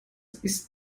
ist